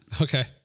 Okay